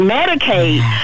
Medicaid